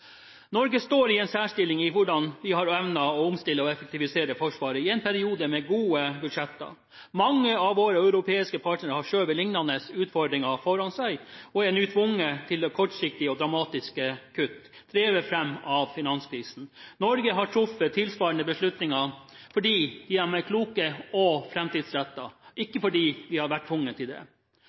Norge står i en særstilling i hvordan vi har evnet å omstille og effektivisere Forsvaret i en periode med gode budsjetter. Mange av våre europeiske partnere har skjøvet lignende utfordringer foran seg og er nå tvunget til kortsiktige og dramatiske kutt drevet fram av finanskrisen. Norge har truffet tilsvarende beslutninger fordi vi har vært kloke og framtidsrettede, ikke fordi vi har vært tvunget til det.